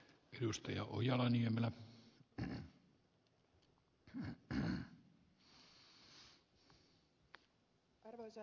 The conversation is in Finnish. arvoisa herra puhemies